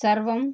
सर्वं